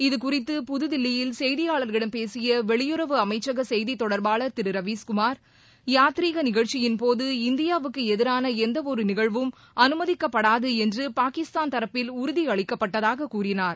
இதுகுறித்து புதுதில்லியில் செய்தியாளர்களிடம் பேசிய வெளியுறவு அமைச்சக செய்தி தொடர்பாளர் ரவீஸ்குமார் யாத்திரீக நிஷழ்ச்சியின்போது இந்தியாவுக்கு எதிரான எந்தவொரு நிகழ்வும் திரு அனுமதிக்கப்படாது என்று பாகிஸ்தான் தரப்பில் உறுதி அளிக்கப்பட்டதாக கூறினார்